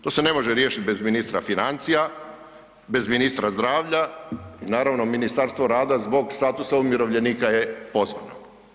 To se ne može riješiti bez ministra financija, bez ministra zdravlja i naravno Ministarstvo rada zbog statusa umirovljenika je pozvano.